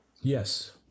Yes